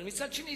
אבל מצד שני,